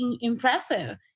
impressive